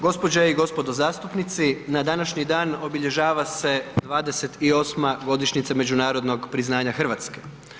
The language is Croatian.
Gospođe i gospodo zastupnici na današnji dan obilježava se 28 godišnjica Međunarodnog priznanja Hrvatske.